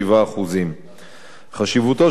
חשיבותו של מדד זה גדולה ביותר,